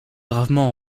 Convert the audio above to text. bravement